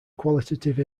qualitative